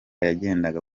yagendaga